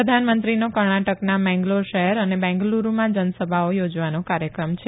પ્રધાનમંત્રીનો કર્ણાટકના મેંગલોર શ ેર ન ને બેંગલુરૂમાં જનસભાઓ યોજવાનો કાર્યક્રમ છે